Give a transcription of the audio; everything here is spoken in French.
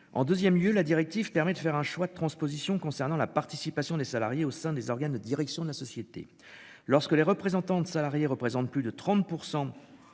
En 2ème lieu, la directive permet de faire un choix de transposition concernant la participation des salariés au sein des organes de direction de la société. Lorsque les représentants de salariés représentent plus de 30%.